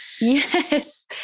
Yes